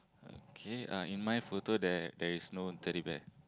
okay uh in my photo there there is no Teddy Bear